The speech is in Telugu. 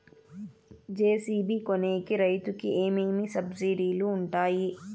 జె.సి.బి కొనేకి రైతుకు ఏమేమి సబ్సిడి లు వుంటాయి?